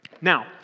Now